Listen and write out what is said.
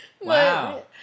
Wow